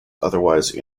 otherwise